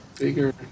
bigger